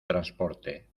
transporte